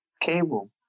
cable